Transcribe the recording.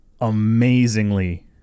amazingly